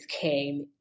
came